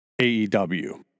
AEW